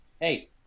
Hey